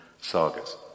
sagas